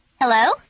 Hello